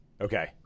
Okay